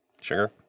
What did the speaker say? Sugar